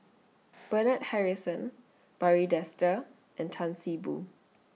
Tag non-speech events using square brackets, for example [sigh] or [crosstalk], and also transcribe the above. [noise] Bernard Harrison Barry Desker and Tan See Boo